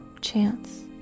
chance